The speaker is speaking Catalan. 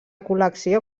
col·lecció